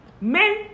men